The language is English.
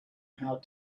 how